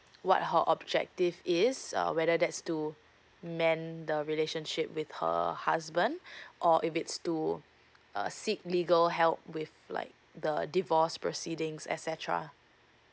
what her objective is uh whether that's to maint the relationship with her husband or if it's to uh seek legal help with like the divorce proceedings et cetera